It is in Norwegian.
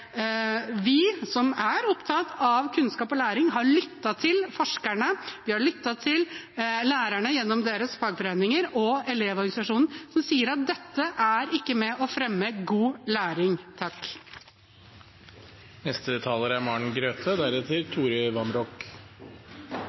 Vi som er opptatt av kunnskap og læring, har lyttet til forskerne, vi har lyttet til lærerne gjennom deres fagforeninger og til Elevorganisasjonen, som sier at dette er ikke med og fremmer god læring.